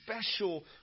special